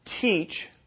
teach